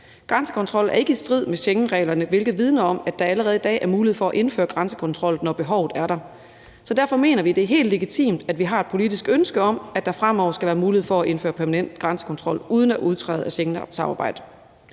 Grænsekontrol er ikke i strid med Schengenreglerne, hvilket vidner om, at der allerede i dag er mulighed for at indføre grænsekontrol, når behovet er der. Derfor mener vi, at det er helt legitimt, at vi har et politisk ønske om, at der fremover skal være mulighed for at indføre permanent grænsekontrol uden at udtræde af Schengensamarbejdet.